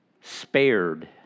spared